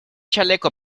chaleco